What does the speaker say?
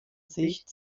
sicht